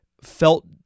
felt